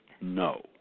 no